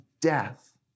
death